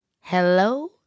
Hello